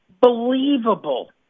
Believable